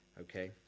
Okay